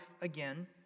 again